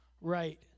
right